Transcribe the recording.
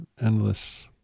endless